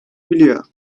biliyor